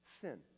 Sin